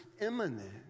imminent